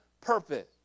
purpose